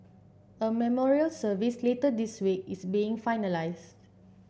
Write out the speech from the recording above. a memorial service later this week is being finalised